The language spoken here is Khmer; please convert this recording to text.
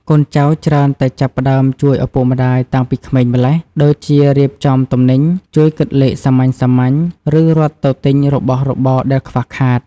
កូនចៅច្រើនតែចាប់ផ្តើមជួយឪពុកម្តាយតាំងពីក្មេងម្ល៉េះ ដូចជារៀបចំទំនិញ ជួយគិតលេខសាមញ្ញៗ ឬរត់ទៅទិញរបស់របរដែលខ្វះខាត។